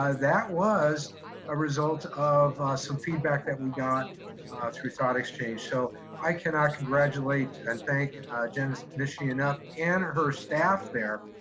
that was a result of some feedback that we got through thought exchange. so i cannot congratulate and thank jenith mishne enough and her staff there,